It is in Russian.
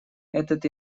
этот